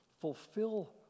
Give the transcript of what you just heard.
fulfill